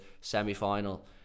semi-final